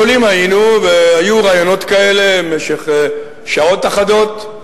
יכולים היינו, והיו רעיונות כאלה במשך שעות אחדות,